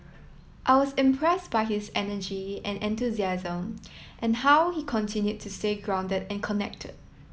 I was impressed by his energy and enthusiasm and how he continued to stay grounded and connected